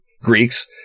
Greeks